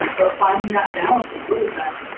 but finding that balance has really been.